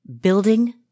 building